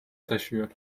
taşıyor